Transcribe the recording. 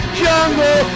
jungle